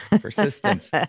Persistence